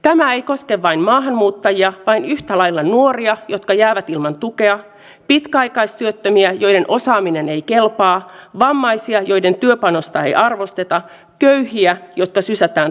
tämä ei koske vain maahanmuuttajia vaan yhtä lailla nuoria jotka jäävät ilman tukea pitkäaikaistyöttömiä joiden osaaminen ei kelpaa vammaisia joiden työpanosta ei arvosteta köyhiä jotka sysätään toivottomuuteen